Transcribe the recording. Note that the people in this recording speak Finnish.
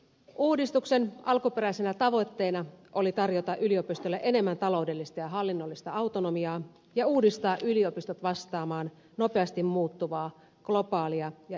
uudistuksen alkuperäisenä tavoitteena oli tarjota yliopistoille enemmän taloudellista ja hallinnollista autonomiaa ja uudistaa yliopistot vastaamaan nopeasti muuttuvaa globaalia ja eurooppalaista kehitystä